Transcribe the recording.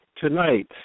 Tonight